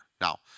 now